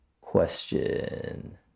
question